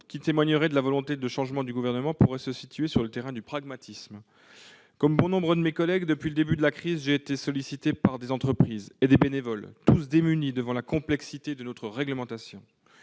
qui témoignerait de la volonté de changement du Gouvernement pourrait se situer sur le terrain du pragmatisme. Comme bon nombre de mes collègues, j'ai été sollicité dès le début de la crise par des entreprises et des bénévoles, tous démunis face à la complexité de notre réglementation.